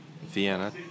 Vienna